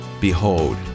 Behold